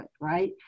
right